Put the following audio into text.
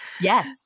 Yes